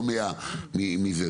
לא מזה.